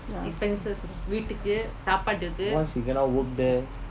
why she cannot work there